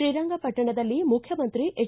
ಶ್ರೀರಂಗಪಟ್ಟಣದಲ್ಲಿ ಮುಖ್ಯಮಂತ್ರಿ ಎಚ್